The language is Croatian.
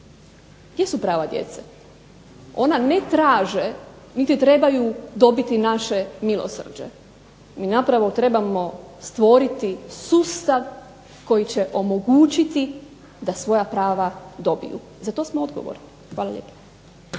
gdje su prava djeca. Ona ne traže niti trebaju dobiti naše milosrđe. Mi naprosto trebamo stvoriti sustav koji će omogućiti da svoja prava dobiju. Za to smo odgovorni. Hvala lijepa.